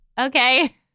okay